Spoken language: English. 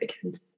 again